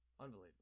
Unbelievable